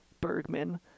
Bergman